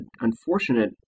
unfortunate